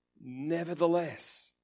nevertheless